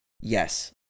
yes